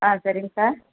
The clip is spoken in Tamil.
ஆ சரிங்க சார்